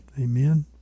Amen